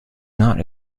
not